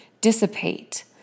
dissipate